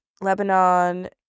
Lebanon